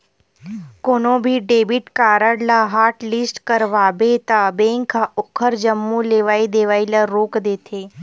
कोनो भी debit card ल हॉटलिस्ट करवाबे त बेंक ह ओखर जम्मो लेवइ देवइ ल रोक देथे